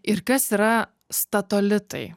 ir kas yra statolitai